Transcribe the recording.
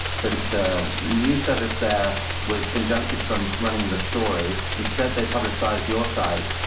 the the news service there was injuncted from running the story. instead, they publicized your side.